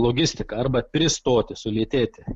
logistika arba pristoti sulėtėti